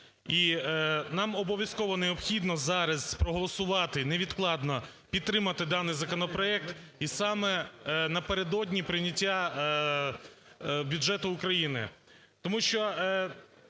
нам обов'язково необхідно зараз проголосувати невідкладно, підтримати даний законопроект, і саме напередодні прийняття бюджету України.